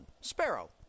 Sparrow